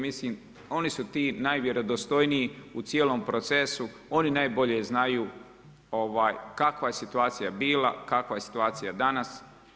Mislim, oni su ti najvjerodostojniji u cijelom procesu, oni najbolje znaju kakva je situacija bila, kakva je situacija danas.